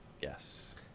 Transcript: yes